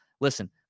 Listen